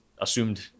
assumed